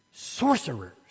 sorcerers